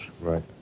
Right